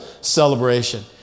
celebration